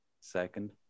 second